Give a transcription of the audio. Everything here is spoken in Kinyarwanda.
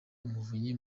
umuvunyi